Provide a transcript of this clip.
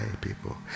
people